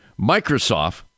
Microsoft